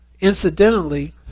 Incidentally